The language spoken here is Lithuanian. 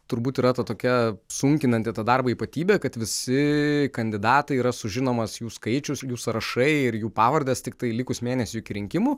turbūt yra tokia sunkinanti tą darbą ypatybė kad visi kandidatai yra sužinomas jų skaičius jų sąrašai ir jų pavardės tiktai likus mėnesiui iki rinkimų